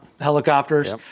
helicopters